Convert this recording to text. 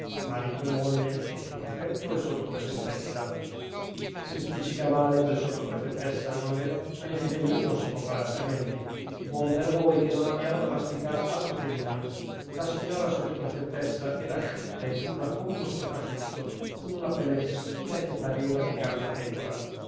marito e moglie sottoprefetto e sottoprefettessa si spiccica male quel sottoprefettessa non è vero ma in fede mia non si può fare altrimenti e buon per noi che non abbiamo da masticar altro che il nome la signora sottoprefettessa era asciutta e dura come uno stoccafisso con una pelle risecchita che pareva di